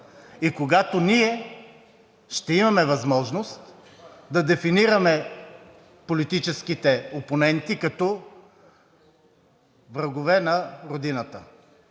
и когато ние ще имаме възможност да дефинираме политическите опоненти като врагове на Родината.